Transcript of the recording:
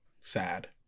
sad